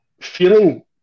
Feeling